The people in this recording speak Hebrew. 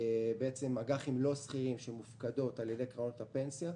אג"חים לא סחירות שמופקדות על ידי קרנות הפנסיה,